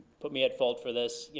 put me at fault for this,